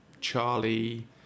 Charlie